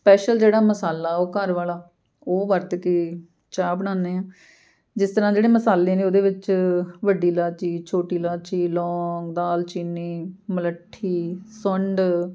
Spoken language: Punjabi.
ਸਪੈਸ਼ਲ ਜਿਹੜਾ ਮਸਾਲਾ ਉਹ ਘਰ ਵਾਲਾ ਉਹ ਵਰਤ ਕੇ ਚਾਹ ਬਣਾਉਂਦੇ ਹਾਂ ਜਿਸ ਤਰਾਂ ਜਿਹੜੇ ਮਸਾਲੇ ਨੇ ਉਹਦੇ ਵਿੱਚ ਵੱਡੀ ਇਲਾਇਚੀ ਛੋਟੀ ਇਲਾਇਚੀ ਲੌਂਗ ਦਾਲ ਚੀਨੀ ਮਲੱਠੀ ਸੁੰਢ